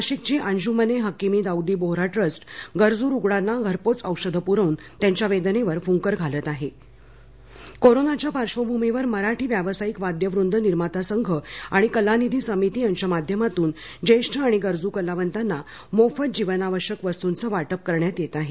नाशिकची अंजूमने हकीमी दाऊदी बोहरा टूस्ट गरजू रुग्णांना घरपोच औषधे प्रवून त्यांच्या वेदनेवर फुंकर घालत घालत आहे कोरोनाच्या पार्श्वभूमीवर मराठी व्यावसायिक वाद्यवृद निर्माता संघ आणि कलानिधी समिती यांच्या माध्यमातून ज्येष्ठ आणि गरजू कलावताना मोफत जीवनावश्यक वस्तूचे वाटप करण्यात येत आहे